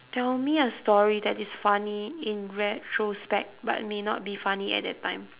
tell me a story that is funny in retrospect but may not be funny at that time